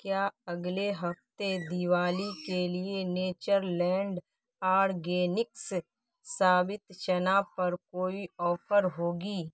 کیا اگلے ہفتے دیوالی کے لیے نیچر لینڈ آرگینکس ثابت چنا پر کوئی آفر ہوگی